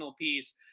piece